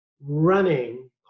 running